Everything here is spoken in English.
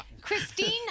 Christine